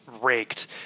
raked